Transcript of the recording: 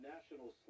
National